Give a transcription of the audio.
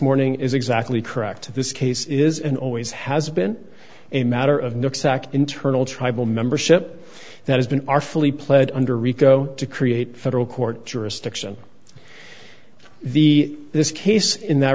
morning is exactly correct this case is and always has been a matter of no exact internal tribal membership that has been are fully pled under rico to create federal court jurisdiction the this case in that